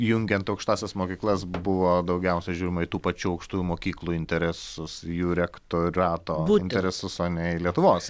jungiant aukštąsias mokyklas buvo daugiausiai žiūrima į tų pačių aukštųjų mokyklų interesus jų rektoreto interesus o ne į lietuvos